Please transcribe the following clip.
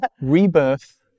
Rebirth